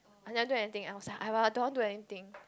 I never do anything else ya I don't want do anything